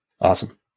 Awesome